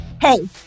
Hey